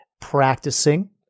practicing